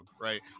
right